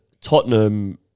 Tottenham